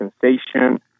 sensation